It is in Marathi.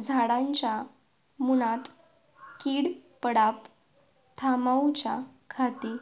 झाडांच्या मूनात कीड पडाप थामाउच्या खाती